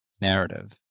narrative